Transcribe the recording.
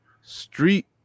Street